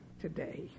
today